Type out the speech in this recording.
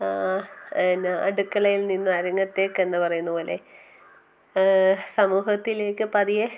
പിന്നെ അടുക്കളയിൽ നിന്ന് അരങ്ങത്തേക്ക് എന്ന് പറയുന്നത് പോലെ സമൂഹത്തിലേക്ക് പതിയെ